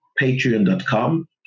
patreon.com